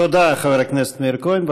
תודה, חבר הכנסת מאיר כהן.